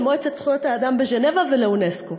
למועצת זכויות האדם בז'נבה ולאונסק"ו.